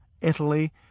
Italy